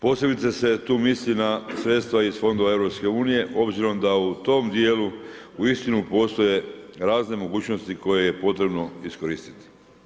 Posebice se tu misli na sredstva iz fondova EU obzirom da u tom djelu uistinu postoje razne mogućnosti koje je potrebno iskoristiti.